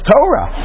Torah